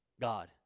God